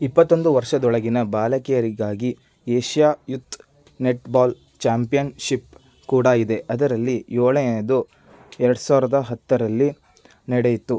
ಇಪ್ಪತ್ತೊಂದು ವರ್ಷದೊಳಗಿನ ಬಾಲಕಿಯರಿಗಾಗಿ Asia youth netball championship ಕೂಡ ಇದೆ ಅದರಲ್ಲಿ ಏಳನೆಯದು ಎರಡು ಸಾವಿರದ ಹತ್ತರಲ್ಲಿ ನಡೆಯಿತು